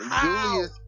Julius